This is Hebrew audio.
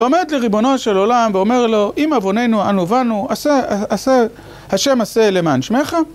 ואומרת לריבונו של עולם ואומר לו, אם עווננו, אנו באנו, השם עשה למען שמך.